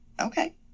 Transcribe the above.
okay